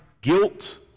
guilt